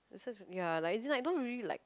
asides ya like I don't really like